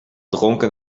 dronken